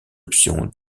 options